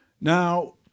Now